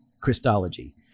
Christology